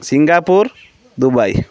Singapore Dubai